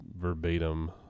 verbatim